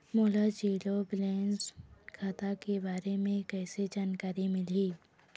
मोला zero balance खाता के बारे म कैसे जानकारी मिलही?